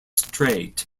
strait